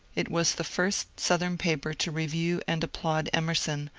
it was the first southern paper to review and applaud emerson,